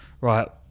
right